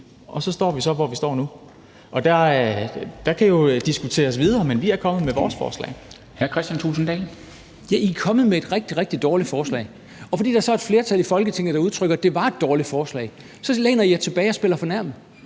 Kristensen): Hr. Kristian Thulesen Dahl. Kl. 09:56 Kristian Thulesen Dahl (DF): Ja, I er kommet med et rigtig, rigtig dårligt forslag, og fordi der så er et flertal i Folketinget, der udtrykker, at det var et dårligt forslag, så læner I jer tilbage og spiller fornærmede.